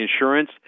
insurance